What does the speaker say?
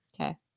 Okay